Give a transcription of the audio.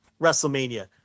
WrestleMania